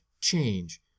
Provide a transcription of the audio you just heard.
change